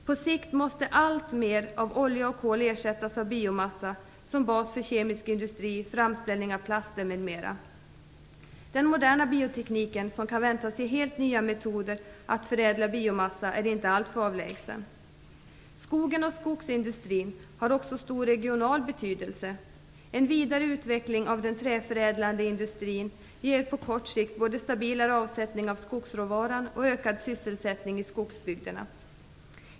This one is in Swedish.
På sikt måste alltmer av olja och kol ersättas av biomassa som bas för kemisk industri, framställning av plaster m.m. Den moderna biotekniken, som kan väntas ge helt nya metoder för att förädla biomassa, är inte alltför avlägsen. Skogen och skogsindustrin har också stor regional betydelse. En vidare utveckling av den träförädlande industrin ger på kort sikt både stabilare avsättning av skogsråvaran och ökad sysselsättning i skogsbygderna.